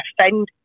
offend